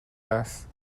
است